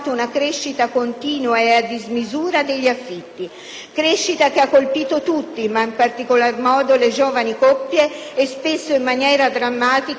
a dismisura degli affitti, crescita che ha colpito tutti, in particolar modo le giovani coppie e, spesso in maniera drammatica, i ceti più deboli.